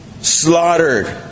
slaughtered